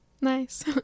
Nice